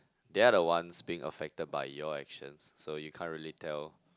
they are the ones being affected by your actions so you can't really tell